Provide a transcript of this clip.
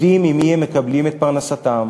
יודעים ממי הם מקבלים את פרנסתם,